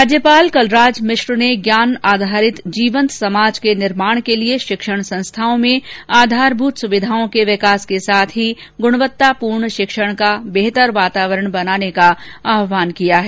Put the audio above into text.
राज्यपाल कलराज मिश्र ने ज्ञान आधारित जीवन्त समाज के निर्माण के लिए शिक्षण संस्थाओं में आधारमूत सुविधाओं के विकास के साथ ही ग्रणवत्तापूर्ण शिक्षण का बेहतर वातावरण बनाने का आह्वान किया है